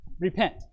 Repent